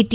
T